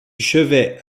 chevet